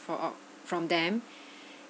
from from them